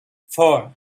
four